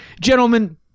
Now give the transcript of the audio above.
gentlemen